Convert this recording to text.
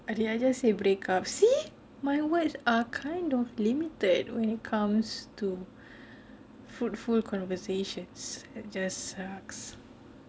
okay I just say break up see my words are kind of limited when it comes to fruitful conversations it just sucks